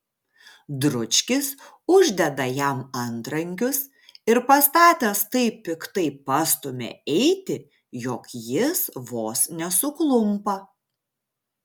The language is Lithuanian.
dručkis uždeda jam antrankius ir pastatęs taip piktai pastumia eiti jog jis vos nesuklumpa